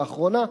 לאחרונה.